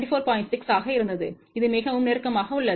6 ஆக இருந்தது இது மிகவும் நெருக்கமாக உள்ளது